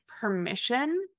permission